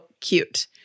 cute